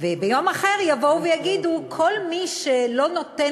וביום אחר יבואו ויגידו: כל מי שלא נותן